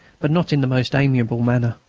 but not in the most amiable manner.